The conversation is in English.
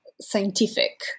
scientific